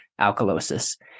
alkalosis